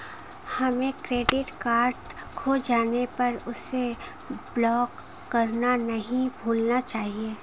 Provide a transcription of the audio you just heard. हमें credit card खो जाने पर उसे ब्लॉक करना नहीं भूलना चाहिए